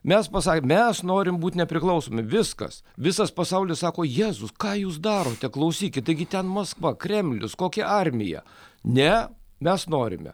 mes pasakėm mes norim būt nepriklausomi viskas visas pasaulis sako jėzus ką jūs darote klausykit taigi ten maskva kremlius kokia armija ne mes norime